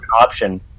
Option